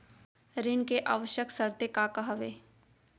ऋण के आवश्यक शर्तें का का हवे?